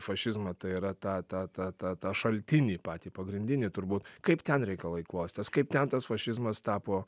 fašizmą tai yra tą tą tą tą tą šaltinį patį pagrindinį turbūt kaip ten reikalai klostės kaip ten tas fašizmas tapo